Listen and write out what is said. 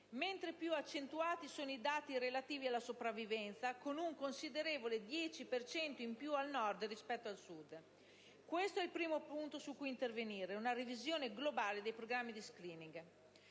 mentre più accentuati sono i dati relativi alla sopravvivenza, con un considerevole 10 per cento in più al Nord rispetto al Sud. Questo è il primo punto su cui intervenire: una revisione globale dei programmi di *screening*.